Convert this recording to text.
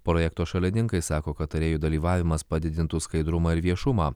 projekto šalininkai sako kad tarėjų dalyvavimas padidintų skaidrumą ir viešumą